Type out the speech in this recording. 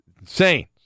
Insane